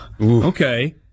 Okay